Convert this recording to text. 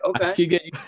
okay